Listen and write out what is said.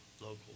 local